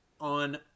on